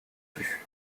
plus